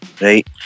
right